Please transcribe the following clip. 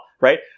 right